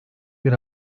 bir